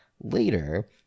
later